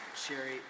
Sherry